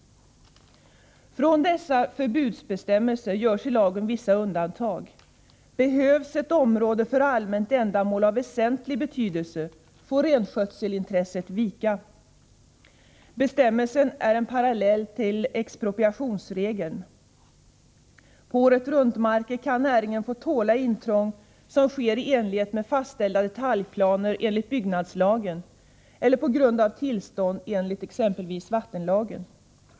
Från dessa förbudsbestämmelser görs i lagen vissa undantag. Behövs ett område för allmänt ändamål av väsentlig betydelse, får renskötselintresset vika. Bestämmelsen är en parallell till expropriationsregeln. På åretruntmarker kan rennäringen få tåla intrång, som sker i enlighet med fastställda detaljplaner enligt byggnadslagen eller på grund av tillstånd enligt exempelvis vattenlagen.